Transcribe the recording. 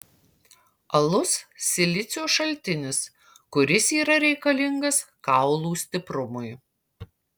alus silicio šaltinis kuris yra reikalingas kaulų stiprumui